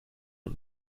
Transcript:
und